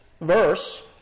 verse